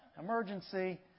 Emergency